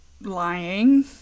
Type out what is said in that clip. lying